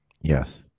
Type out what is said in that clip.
yes